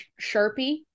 Sharpie